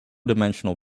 dimensional